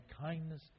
kindness